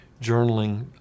journaling